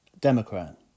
Democrat